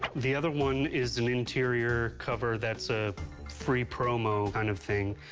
the other one is an interior cover that's a free promo kind of thing.